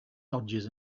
dodges